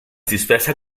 disfressa